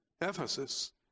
Ephesus